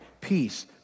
peace